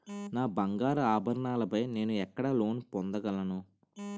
నా బంగారు ఆభరణాలపై నేను ఎక్కడ లోన్ పొందగలను?